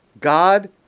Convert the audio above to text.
God